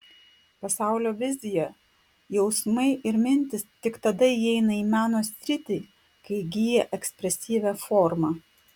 pasaulio vizija jausmai ir mintys tik tada įeina į meno sritį kai įgyja ekspresyvią formą